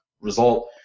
result